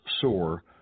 sore